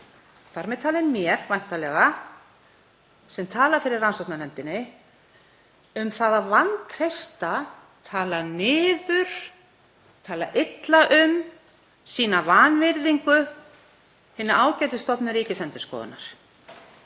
þar með talið mér væntanlega sem tala fyrir rannsóknarnefndinni, um að vantreysta, tala niður, tala illa um, sýna vanvirðingu hinni ágætu stofnun, Ríkisendurskoðun.